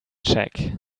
check